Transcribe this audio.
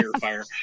fire